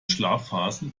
schlafphasen